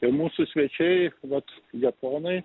tai mūsų svečiai vat japonai